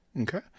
Okay